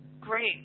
Great